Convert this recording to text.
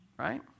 Right